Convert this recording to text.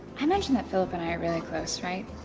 i mentioned that philip and i are really close, right?